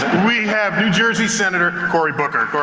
we have new jersey senator cory booker.